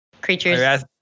Creatures